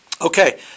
Okay